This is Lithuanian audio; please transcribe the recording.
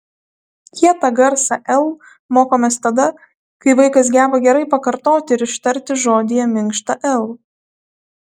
kietą garsą l mokomės tada kai vaikas geba gerai pakartoti ir ištarti žodyje minkštą l